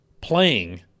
playing